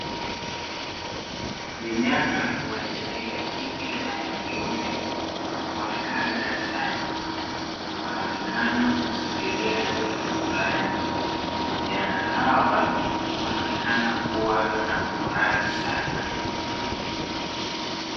Vijana wa jinsia ya kike na ya kiume wamekaa darasani wanaonekana kusubiria kitu fulani, vijana hawa wanaonekana kuwa na furaha sana.